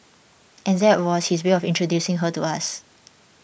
and that was his way of introducing her to us